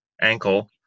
ankle